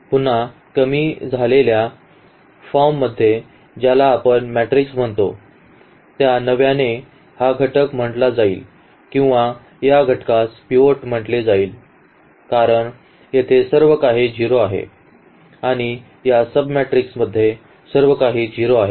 पुन्हा या कमी झालेल्या फॉर्ममध्ये ज्याला आपण मॅट्रिक्स म्हणतो त्या नावाने हा घटक म्हटला जाईल किंवा या घटकास पिव्होट म्हटले जाईल कारण येथे सर्व काही 0 आहे आणि या सब मेट्रिक्समध्ये सर्व काही 0 आहे